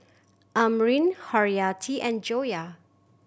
Amrin Haryati and Joyah